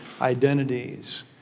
identities